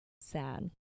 sad